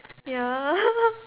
ya